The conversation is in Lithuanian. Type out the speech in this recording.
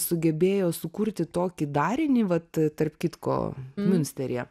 sugebėjo sukurti tokį darinį vat tarp kitko miunsteryje